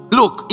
look